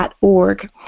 org